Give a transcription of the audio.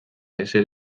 ezer